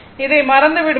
இதை மறந்து விடுவோம்